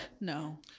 No